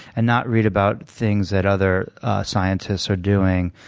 and not read about things that other scientists are doing,